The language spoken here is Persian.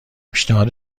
پیشنهاد